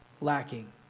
lacking